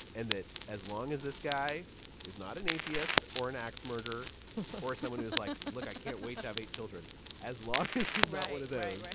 and that as long as this guy is not an atheist or an axe murderer or someone who's like, look, i can't wait to have eight children as long as he's that way today,